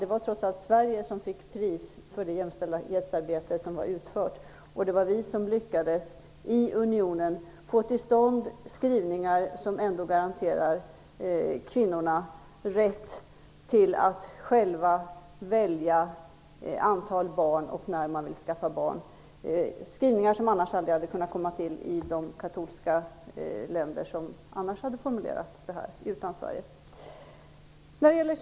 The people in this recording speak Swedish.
Det var trots allt Sverige som fick pris för det utförda jämställdhetsarbetet, och det var Sverige som lyckades få till stånd skrivningar i unionen som garanterar kvinnorna rätt till att själva välja antal barn och när de vill skaffa barn. Det handlar om skrivningar som annars aldrig hade kunnat komma till i de katolska länder som skulle ha formulerat detta om inte Sverige hade varit med.